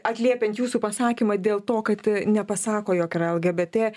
atliepiant jūsų pasakymą dėl to kad nepasako jog yra lgbt